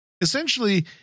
essentially